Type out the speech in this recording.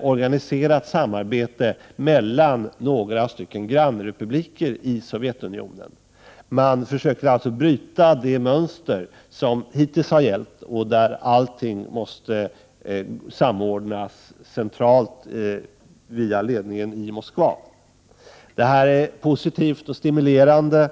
organiserat samarbete mellan olika grannrepubliker i Sovjetunionen. Man försöker således bryta det mönster som hittills har funnits och där allting måste samordnas centralt av ledningen i Moskva. Detta är positivt och stimulerande.